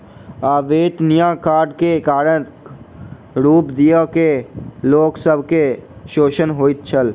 अवेत्निया कार्य के करक रूप दय के लोक सब के शोषण होइत छल